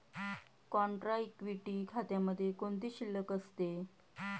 Contra equity खात्यामध्ये कोणती शिल्लक असते?